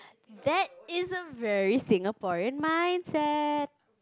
that isn't very Singaporean mindset